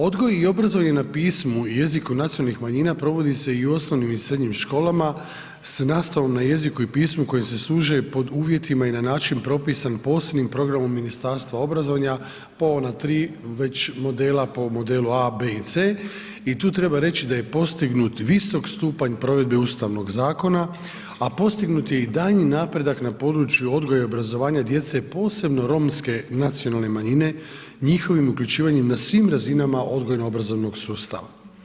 Odgoj i obrazovanje na pismu i jeziku nacionalnih manjina provodi se i u osnovnim i u srednjim školama s nastavom na jeziku i pismu kojim se služe pod uvjetima i na način propisan posebnim programom Ministarstva obrazovanja po ona tri već modela, po modelu a, b i c. I tu treba reći da je postignut visok stupanj provedbe ustavnog zakona a postignut je i daljnji napredak na području odgoja i obrazovanja djece posebno Romske nacionalne manjine, njihovim uključivanjem na svim razinama odgojno obrazovnog sustava.